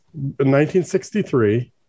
1963